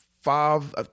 five